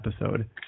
episode